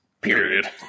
period